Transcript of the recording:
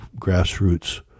grassroots